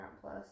Plus